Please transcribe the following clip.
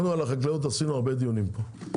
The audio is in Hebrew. החקלאות עשינו הרבה דיונים פה.